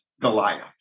Goliath